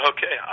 Okay